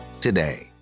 today